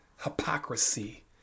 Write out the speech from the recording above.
hypocrisy